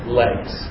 legs